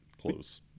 close